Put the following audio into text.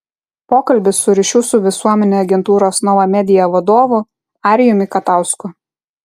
pokalbis su ryšių su visuomene agentūros nova media vadovu arijumi katausku